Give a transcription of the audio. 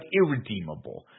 irredeemable